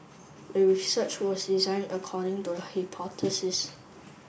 the research was designed according to the hypothesis